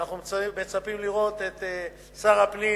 ואנחנו מצפים לראות את שר הפנים,